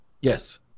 Yes